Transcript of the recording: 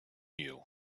you